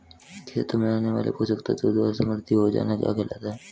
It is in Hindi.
खेतों में आने वाले पोषक तत्वों द्वारा समृद्धि हो जाना क्या कहलाता है?